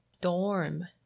Dorm